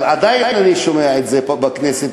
אבל עדיין אני שומע את זה פה בכנסת,